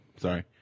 Sorry